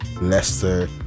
Leicester